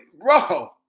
bro